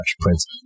Prince